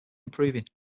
improving